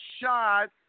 shot